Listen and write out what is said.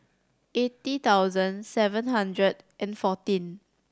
eighty thousand seven hundred and fourteen